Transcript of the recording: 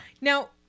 Now